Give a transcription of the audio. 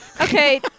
Okay